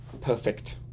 perfect